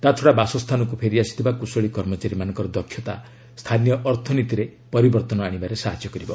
ତାଛଡ଼ା ବାସସ୍ଥାନକୁ ଫେରିଆସିଥିବା କୁଶଳୀ କର୍ମଚାରୀମାନଙ୍କ ଦକ୍ଷତା ସ୍ଥାନୀୟ ଅର୍ଥନୀତିରେ ପରିବର୍ତ୍ତନ ଆଣିବାରେ ସାହାଯ୍ୟ କରିବ